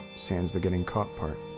sans the getting caught part.